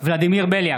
ולדימיר בליאק,